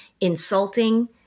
insulting